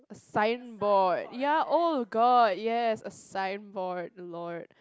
a signboard ya oh god yes a signboard lord